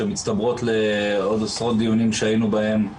שמצטברות לעוד עשרות דיונים שהיינו בהם,